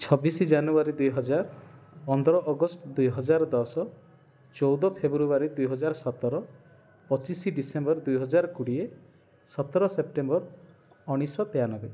ଛବିଶ ଜାନୁଆରୀ ଦୁଇ ହଜାର ପନ୍ଦର ଅଗଷ୍ଟ ଦୁଇ ହଜାର ଦଶ ଚଉଦ ଫେବୃଆରୀ ଦୁଇ ହଜାର ସତର ପଚିଶ ଡିସେମ୍ବର ଦୁଇ ହଜାର କୋଡ଼ିଏ ସତର ସେପ୍ଟେମ୍ବର ଉଣେଇଶହ ତେୟାନବେ